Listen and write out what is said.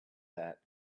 that